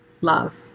love